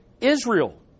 Israel